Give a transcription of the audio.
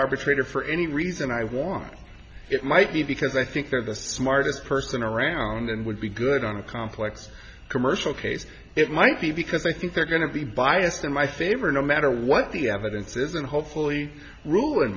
peter for any reason i want it might be because i think they're the smartest person around and would be good on a complex commercial case it might be because i think they're going to be biased in my favor no matter what the evidence is and hopefully rule in